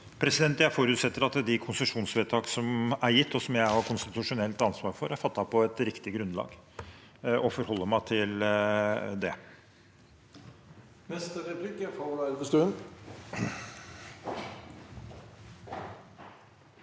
Jeg forutsetter at de konsesjonsvedtak som er gitt, og som jeg har konstitusjonelt ansvar for, er fattet på et riktig grunnlag, og forholder meg til det.